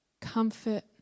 Comfort